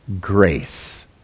grace